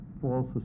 false